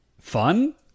fun